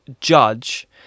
judge